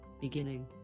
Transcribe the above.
Beginning